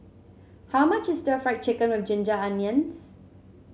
how much is Stir Fried Chicken with Ginger Onions